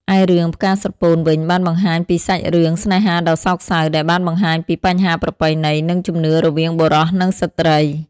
ឯរឿង ផ្កាស្រពោន វិញបានបង្ហាញពីសាច់រឿងស្នេហាដ៏សោកសៅដែលបានបង្ហាញពីបញ្ហាប្រពៃណី និងជំនឿរវាងបុរសនិងស្ត្រី។